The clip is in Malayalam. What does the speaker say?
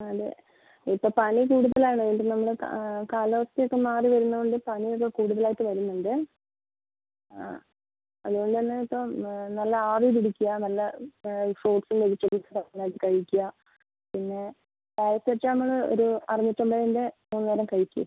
എന്നാൽ ഇപ്പോൾ പനി കൂടുതലാണ് അതുകൊണ്ട് നമ്മൾ കാലാവസ്ഥയൊക്കെ മാറി വരുന്നതുകൊണ്ട് പനിയൊക്കെ കൂടുതലായിട്ട് വരുന്നുണ്ട് അതുകൊണ്ട് തന്നെ ഇപ്പം നല്ല ആവി പിടിക്കുക നല്ല ഫ്രൂട്ട്സും വെജിറ്റബിൾസും നന്നായി കഴിക്കുക പിന്നെ പാരസെറ്റമോൾ ഒരു അറുന്നൂറ്റമ്പതിൻ്റെ ഒരു നേരം കഴിക്ക്